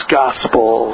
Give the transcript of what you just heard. gospel